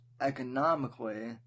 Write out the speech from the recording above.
economically